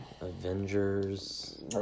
Avengers